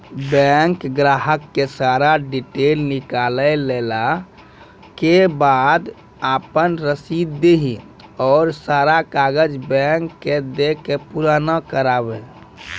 Bank ग्राहक के सारा डीटेल निकालैला के बाद आपन रसीद देहि और सारा कागज बैंक के दे के पुराना करावे?